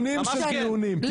שנים של דיונים,